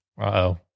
Uh-oh